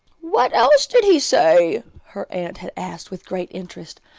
what else did he say? her aunt had asked, with great interest.